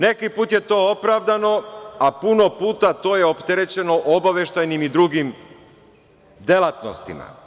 Neki put je to opravdano, a puno puta je to opterećeno obaveštajnim i drugim delatnostima.